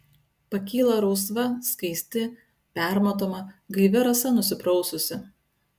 pakyla rausva skaisti permatoma gaivia rasa nusipraususi